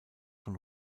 von